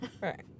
Right